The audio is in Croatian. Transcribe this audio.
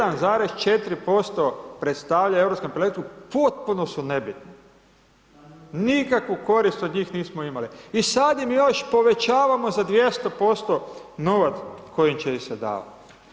1,4% predstavlja u Europskom Parlamentu, potpuno su nebitni, nikakvu korist od njih nismo imali, i sad im još povećavamo za 200% novac koji će im se davati.